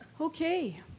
Okay